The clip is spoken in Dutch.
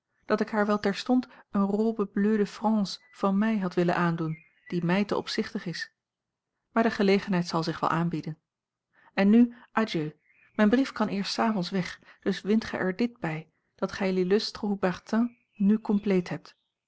dat ik haar wel terstond eene robe bleu de france van mij had willen aandoen die mij te opzichtig is maar de gelegenheid zal zich wel aanbieden en nu adieu mijn brief kan eerst's avonds weg dus wint gij er dit bij dat gij l'illustre haubertin n compleet hebt